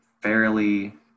fairly